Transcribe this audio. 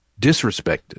disrespected